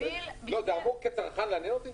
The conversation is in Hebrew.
לא, זה אמור כצרכן לעניין אותי?